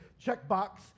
checkbox